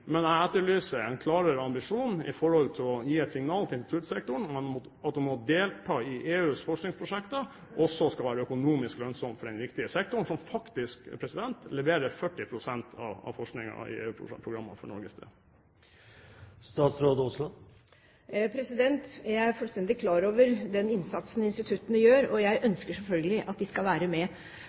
men jeg etterlyser en klarere ambisjon i forhold til å gi et signal til instituttsektoren om at å delta i EUs forskningsprosjekter også skal være økonomisk lønnsomt for denne viktige sektoren, som faktisk leverer 40 pst. av forskningen i EU-programmene for Norges del. Jeg er fullstendig klar over den innsatsen instituttene gjør, og jeg ønsker selvfølgelig at de skal være med.